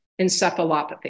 encephalopathy